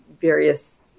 various